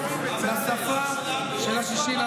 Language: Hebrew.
אין זכר, אין זכר אבל.